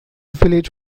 village